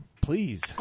Please